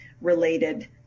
related